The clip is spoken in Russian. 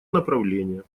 направление